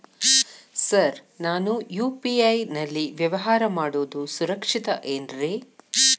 Sir ನಾನು UPI ನಲ್ಲಿ ವ್ಯವಹಾರ ಮಾಡೋದು ಸುರಕ್ಷಿತ ಏನ್ರಿ?